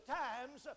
times